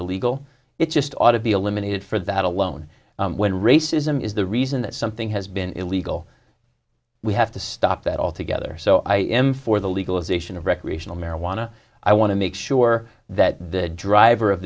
illegal it just ought to be eliminated for that alone when racism is the reason that something has been illegal we have to stop that altogether so i am for the legalization of recreational marijuana i want to make sure that the driver of